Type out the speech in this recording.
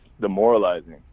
demoralizing